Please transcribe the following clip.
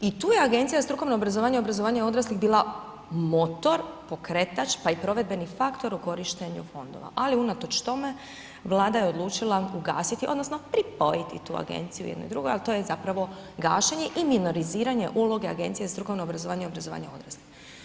I tu je Agencija za strukovno obrazovanje i obrazovanje odraslih bila motor, pokretač, pa i provedbenih faktora u korištenju fondova, ali unatoč tome Vlada je odlučila ugasiti odnosno pripojiti tu agenciju jednu drugoj, al to je zapravo gašenje i minoriziranje uloge Agencija za strukovno obrazovanje i obrazovanje odraslih.